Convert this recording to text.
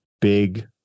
big